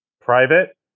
private